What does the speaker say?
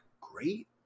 great